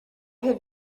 have